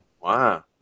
Wow